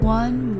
one